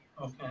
Okay